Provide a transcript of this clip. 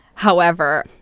however,